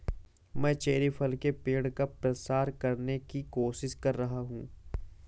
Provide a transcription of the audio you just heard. मैं चेरी फल के पेड़ का प्रसार करने की कोशिश कर रहा हूं